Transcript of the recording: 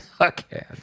Okay